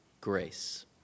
grace